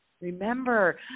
remember